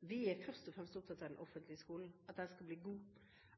Vi er først og fremst opptatt av at den offentlige skolen skal bli god,